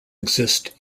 exist